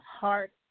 heart